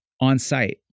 on-site